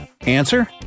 Answer